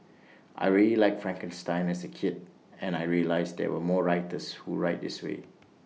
I really liked Frankenstein as A kid and I realised there are more writers who write this way